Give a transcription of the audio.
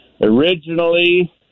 Originally